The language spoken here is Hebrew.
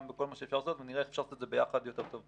בכל מה שאפשר לעשות ונראה איך אפשר לעשות את זה ביחד יותר טוב.